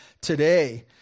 today